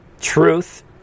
truth